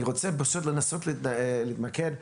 אני רוצה לנסות להתמקד.